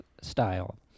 style